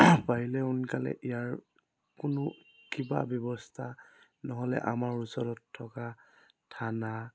পাৰিলে সোনকালে ইয়াৰ কোনো কিবা ব্যৱস্থা নহ'লে আমাৰ ওচৰত থকা থানা